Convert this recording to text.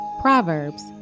Proverbs